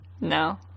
No